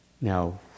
Now